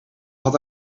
had